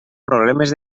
problemes